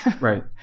Right